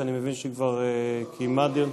שאני מבין שכבר קיימה דיון.